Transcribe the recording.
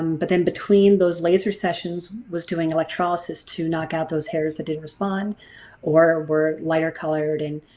um but then between those laser sessions was doing electrolysis to knock out those hairs that didn't respond or were lighter colored and